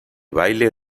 baile